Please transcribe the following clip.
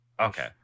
Okay